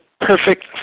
perfect